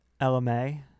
LMA